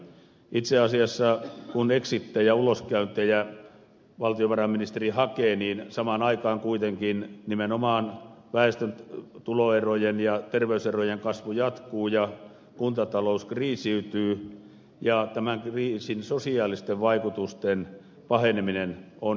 itse asiassa kun exitejä uloskäyntejä valtiovarainministeri hakee niin samaan aikaan kuitenkin nimenomaan väestön tuloerojen ja ter veyserojen kasvu jatkuu ja kuntatalous kriisiytyy ja tämän kriisin sosiaalisten vaikutusten paheneminen on ilmeistä